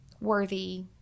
worthy